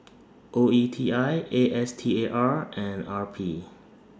O E T I A S T A R and R P